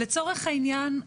לצורך העניין,